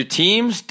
teams